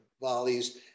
volleys